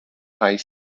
high